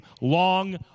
long